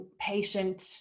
patient